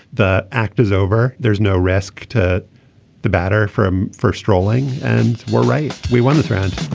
the act is over. there's no risk to the batter from first rolling and we're right. we won this round.